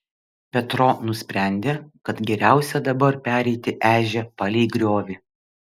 petro nusprendė kad geriausia dabar pereiti ežią palei griovį